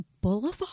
Boulevard